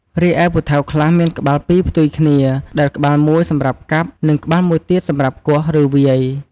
រីឯពូថៅខ្លះមានក្បាលពីរផ្ទុយគ្នា ដែលក្បាលមួយសម្រាប់កាប់ និងក្បាលមួយទៀតសម្រាប់គាស់ ឬវាយ។